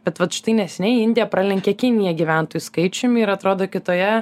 bet vat štai neseniai indija pralenkė kiniją gyventojų skaičium ir atrodo kitoje